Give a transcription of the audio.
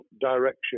direction